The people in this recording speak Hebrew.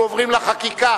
אנחנו עוברים לחקיקה,